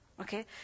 okay